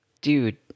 dude